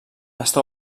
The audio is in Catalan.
està